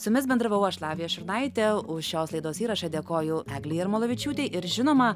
su jumis bendravau aš lavija šurnaitė už šios laidos įrašą dėkoju eglei jarmalavičiūtei ir žinoma